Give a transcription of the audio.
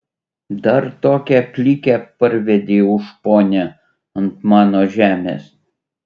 dar tokią plikę parvedei už ponią ant mano žemės